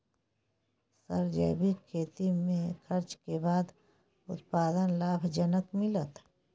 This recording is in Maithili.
सर जैविक खेती में खर्च के बाद उत्पादन लाभ जनक मिलत?